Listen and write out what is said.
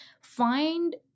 find